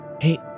Hey